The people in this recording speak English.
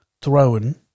thrown